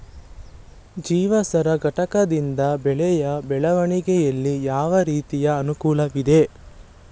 ಜೀವಸಾರ ಘಟಕದಿಂದ ಬೆಳೆಯ ಬೆಳವಣಿಗೆಯಲ್ಲಿ ಯಾವ ರೀತಿಯ ಅನುಕೂಲವಿದೆ?